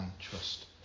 trust